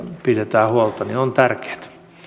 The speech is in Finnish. pidetään huolta on